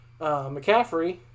McCaffrey